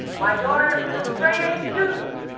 my daughter is a straight a student,